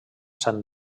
sant